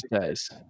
days